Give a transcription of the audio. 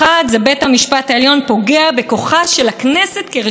בית המשפט העליון הוא שפוגע ברשות המחוקקת.